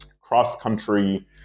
cross-country